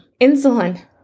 Insulin